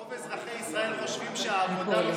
רוב אזרחי ישראל חושבים שהעבודה לא